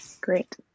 Great